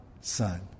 Son